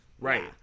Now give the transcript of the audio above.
Right